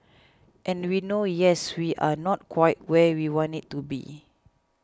and we know yes we are not quite where we want it to be